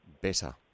better